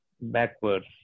backwards